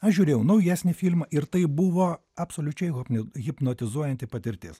aš žiūrėjau naujesnį filmą ir tai buvo absoliučiai hopno hipnotizuojanti patirtis